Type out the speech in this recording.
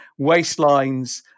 waistlines